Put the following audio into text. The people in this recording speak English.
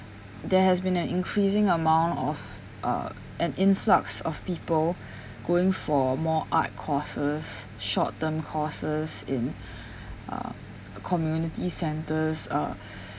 there has been an increasing amount of uh an influx of people going for more art courses short term courses in uh community centres uh